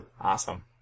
Awesome